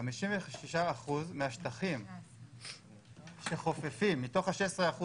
56% מהשטחים שחופפים מתוך ה-16%.